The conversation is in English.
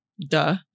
duh